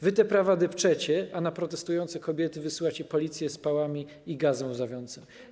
Wy te prawa depczecie, a na protestujące kobiety wysyłacie policję z pałami i gazem łzawiącym.